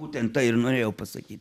būtent tai ir norėjau pasakyt